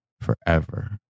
forever